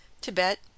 tibet